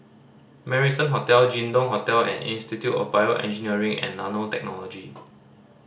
Marrison Hotel Jin Dong Hotel and Institute of BioEngineering and Nanotechnology